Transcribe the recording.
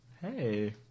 Hey